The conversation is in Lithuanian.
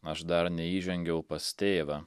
aš dar neįžengiau pas tėvą